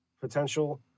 potential